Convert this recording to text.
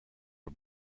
for